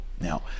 Now